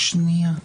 שנייה.